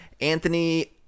Anthony